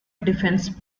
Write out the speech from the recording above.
defense